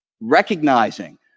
recognizing